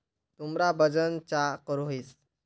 तुमरा वजन चाँ करोहिस?